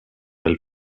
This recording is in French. elle